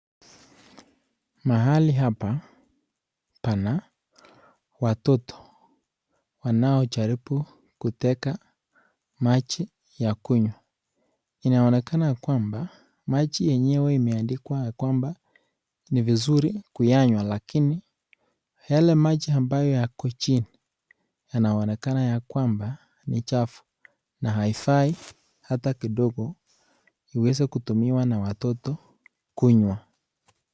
Mahali hapa pana watoto wanaojaribu kuteka maji ya kunywa , inaonekana kwamba maji yenyewe imeandikwa ya kwamba ni vizuri kuyanywa lakini yale maji ambayo yako chini yanaonekana ya kwamba ni chafu na haifai hata kidogo kuweza kutumiwa na watoto kunywa.